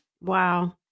Wow